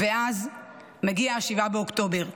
ואז מגיע 7 באוקטובר,